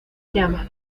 llama